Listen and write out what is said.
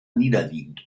niederliegend